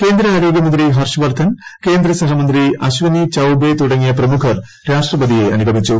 കേന്ദ്ര ആരോഗ്യമന്ത്രി ഹർഷ്വർധൻ കേന്ദ്ര സഹമന്ത്രി അശ്വനി ചൌബേ തുടങ്ങിയ പ്രമുഖർരാഷ്ട്രപതിയെ അനുഗമിച്ചു